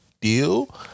deal